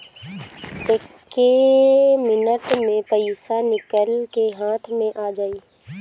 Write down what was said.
एक्के मिनट मे पईसा निकल के हाथे मे आ जाई